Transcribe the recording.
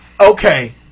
Okay